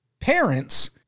parents